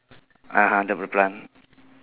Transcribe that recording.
(uh huh) the the plant